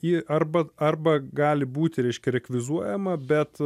jį arba arba gali būti reiškia rekvizuojama bet